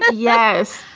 yes.